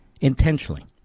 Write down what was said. intentionally